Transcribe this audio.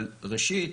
אבל ראשית,